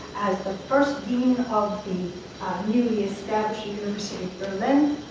as the first dean of the newly established university of berlin,